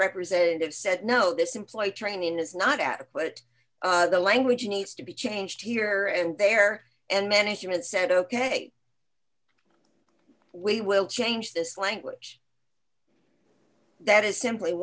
representative said no this employee training is not adequate the language needs to be changed here and there and management said ok we will change this language that is simply